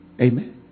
amen